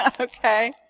okay